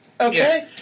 Okay